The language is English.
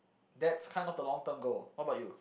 that's kind of the long term goal what about you